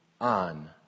on